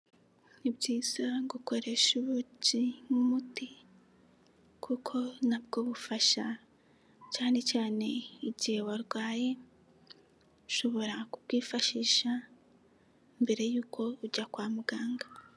Ni byiza gukoresha ubuki nk'umuti kuko nabwo bufasha cyane cyane igihe warwaye, ushobora kubwifashisha mbere y'uko ujya kwa muganga.